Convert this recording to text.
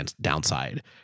downside